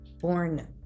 born